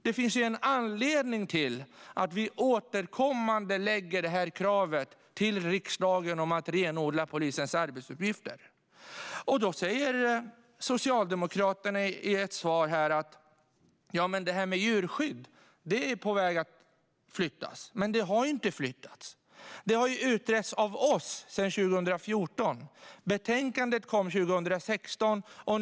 Det finns en anledning till att vi återkommande lägger fram kravet till riksdagen att renodla polisens arbetsuppgifter. Socialdemokraterna säger här i ett svar att djurskydd är på väg att flyttas. Men det har inte flyttats. Det har utretts av oss sedan 2014. Betänkandet kom 2016.